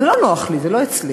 זה לא נוח לי, זה לא אצלי.